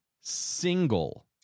single